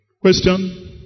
Question